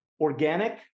organic